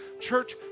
church